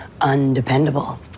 undependable